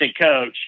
coach